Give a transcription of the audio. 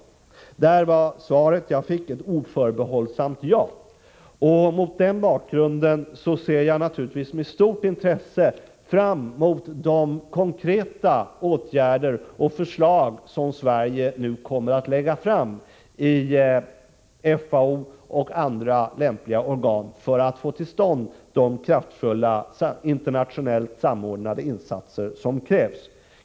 På den punkten var det svar jag fick ett oförbehållsamt ja. Mot den bakgrunden ser jag naturligtvis med stort intresse fram emot de konkreta åtgärder och förslag som Sverige nu kommer att lägga fram i FAO och andra lämpliga organ för att få till stånd de kraftfulla internationellt samordnade insatser som krävs.